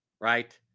Right